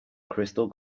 crystal